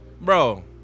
Bro